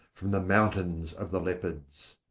from the mountains of the leopards.